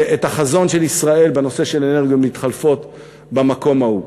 את החזון של ישראל בנושא של אנרגיות מתחלפות במקום ההוא.